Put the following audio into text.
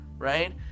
Right